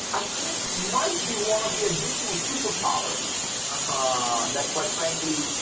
i think, might be one of the additional superpowers ah ah that, quite frankly,